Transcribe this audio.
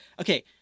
Okay